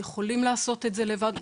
יכולים לעשות את זה לבד.